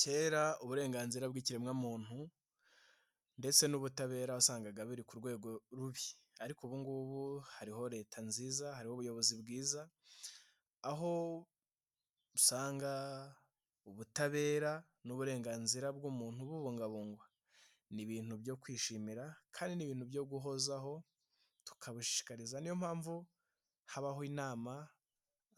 Kera uburenganzira bw'ikiremwamuntu ndetse n'ubutabera wasangaga biri ku rwego rubi, ariko ubu ngubu hariho Leta nziza, hariho ubuyobozi bwiza, aho usanga ubutabera n'uburenganzira bw'umuntu bubungabungwa. Ni ibintu byo kwishimira kandi ni ibintu byo guhozaho tukabashishikariza ni yo mpamvu habaho inama,